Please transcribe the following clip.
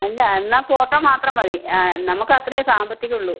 അല്ല എന്നാൽ ഫോട്ടോ മാത്രം മതി നമുക്ക് അത്രയേ സാമ്പത്തികം ഉള്ളൂ